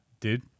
dude